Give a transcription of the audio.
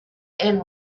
end